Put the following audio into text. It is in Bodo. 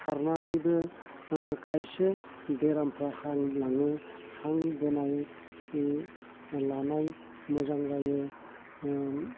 खारनानैबो खायसे बेरामफोरा हामलाङो हां बोनाय लानाय मोजां जायो